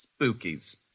Spookies